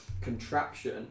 contraption